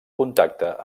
contacte